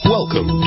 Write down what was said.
Welcome